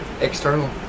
external